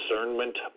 discernment